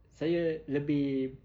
saya lebih